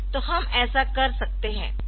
तो हम ऐसा कर सकते है